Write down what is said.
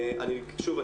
שוב,